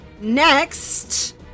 next